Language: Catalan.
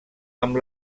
amb